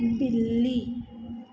बिल्ली